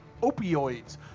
opioids